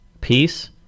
peace